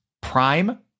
Prime